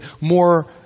more